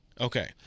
Okay